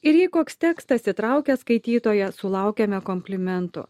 ir jei koks tekstas įtraukia skaitytoją sulaukiame komplimentų